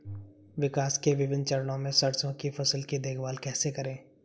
विकास के विभिन्न चरणों में सरसों की फसल की देखभाल कैसे करें?